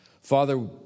Father